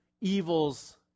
evils